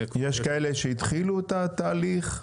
יש כאלה שהתחילו את התהליך?